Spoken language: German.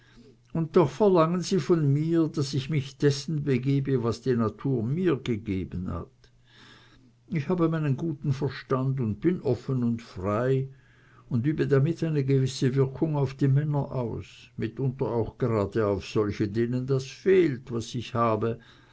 und doch verlangen sie von mir daß ich mich dessen begebe was die natur mir gegeben hat ich habe meinen guten verstand und bin offen und frei und übe damit eine gewisse wirkung auf die männer aus mitunter auch gerade auf solche denen das fehlt was ich habe